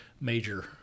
major